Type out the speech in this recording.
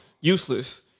useless